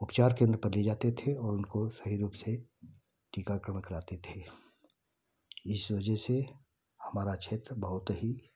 उपचार केंद्र पहले जाते थे और उनको सही रूप से टीकाकारण कराते थे इस वजह से हमारा क्षेत्र बहुत ही